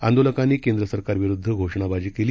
आंदोलकांनी केंद्र सरकार विरुद्ध जोरदार घोषणाबाजी केली